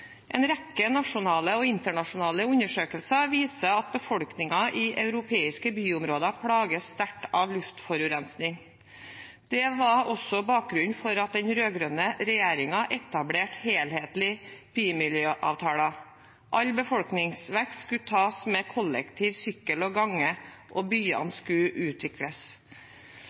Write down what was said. En rekke nasjonale og internasjonale undersøkelser viser at befolkningen i europeiske byområder plages sterkt av luftforurensning. Det var også bakgrunnen for at den rød-grønne regjeringen etablerte helhetlige bymiljøavtaler – all befolkningsvekst skulle tas med kollektiv, sykkel og gange, og byene skulle utvikles.